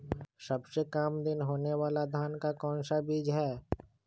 सबसे काम दिन होने वाला धान का कौन सा बीज हैँ?